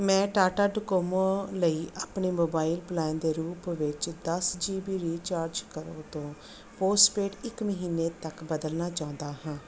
ਮੈਂ ਟਾਟਾ ਡੋਕੋਮੋ ਲਈ ਆਪਣੇ ਮੋਬਾਈਲ ਪਲਾਨ ਦੇ ਰੂਪ ਵਿੱਚ ਦਸ ਜੀਬੀ ਰੀਚਾਰਜ ਕਰੋ ਤੋਂ ਪੋਸਟਪੇਡ ਇੱਕ ਮਹੀਨਾ ਤੱਕ ਬਦਲਣਾ ਚਾਹੁੰਦਾ ਹਾਂ